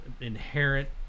inherent